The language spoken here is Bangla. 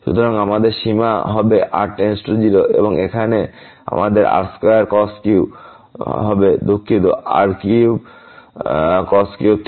সুতরাং আমাদের সীমা হবে r → 0 এবং এখানে আমাদের r2cos q হবে দুখিত r3 r2